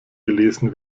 gelesen